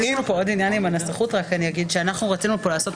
אני רק אומר לגבי הנסחות שאנחנו רצינו לעשות כאן